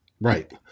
Right